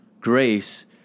grace